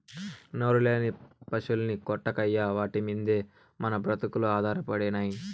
నోరులేని పశుల్ని కొట్టకయ్యా వాటి మిందే మన బ్రతుకులు ఆధారపడినై